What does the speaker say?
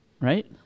right